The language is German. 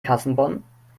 kassenbon